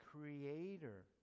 creator